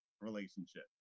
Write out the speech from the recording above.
relationship